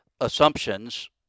assumptions